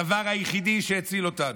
זה הדבר היחידי שהציל אותנו.